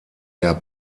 der